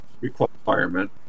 requirement